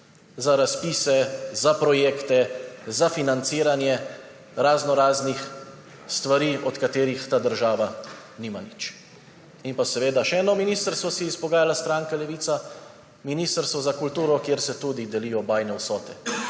za razpise, za projekte, za financiranje raznoraznih stvari, od katerih ta država nima nič. In pa seveda, še eno ministrstvo si je izpogajala stranka Levica, ministrstvo za kulturo, kjer se tudi delijo bajne vsote